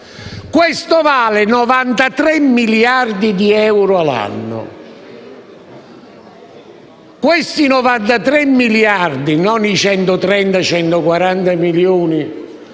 questo vale 93 miliardi di euro l'anno. Questi 93 miliardi - non i 130-140 milioni